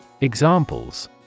Examples